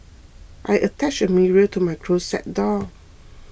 I attached a mirror to my closet door